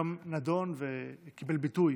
זהו נושא שהיום נדון וקיבל ביטוי